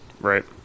Right